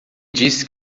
disse